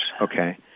Okay